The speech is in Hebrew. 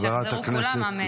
שיחזרו כולם, אמן.